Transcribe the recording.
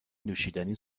نوشیدنی